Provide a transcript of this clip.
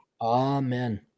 Amen